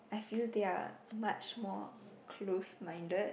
I feel they are much more close minded